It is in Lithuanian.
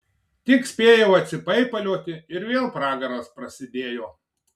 tik spėjau atsipaipalioti ir vėl pragaras prasidėjo